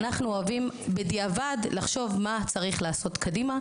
ואנחנו אוהבים לחשוב בדיעבד מה צריך לעשות קדימה,